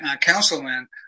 councilman